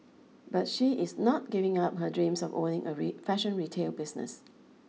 but she is not giving up her dreams of owning a real fashion retail business